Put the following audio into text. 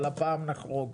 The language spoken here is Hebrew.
אבל הפעם נחרוג,